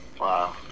Wow